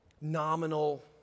nominal